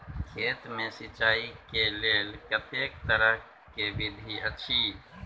खेत मे सिंचाई के लेल कतेक तरह के विधी अछि?